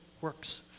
works